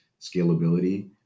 scalability